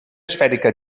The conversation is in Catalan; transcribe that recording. esfèrica